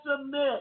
submit